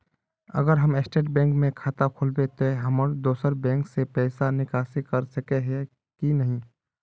अगर हम State Bank में खाता खोलबे तो हम दोसर बैंक से पैसा निकासी कर सके ही की नहीं?